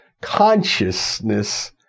consciousness